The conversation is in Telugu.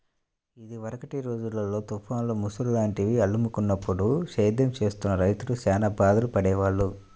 ఇదివరకటి రోజుల్లో తుఫాన్లు, ముసురు లాంటివి అలుముకున్నప్పుడు సేద్యం చేస్తున్న రైతులు చానా బాధలు పడేవాళ్ళు